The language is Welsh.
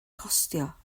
costio